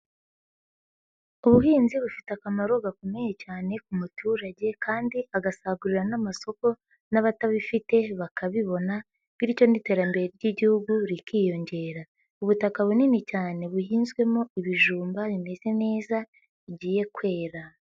Ubuhinzi bufite akamaro gakomeye cyane ku muturage kandi agasagurira n'amasoko n'abatabifite bakabibona bityo n'iterambere ry'igihugu rikiyongera. Ubutaka bunini cyane buhinzwemo ibijumba bimeze neza bigiye kwera.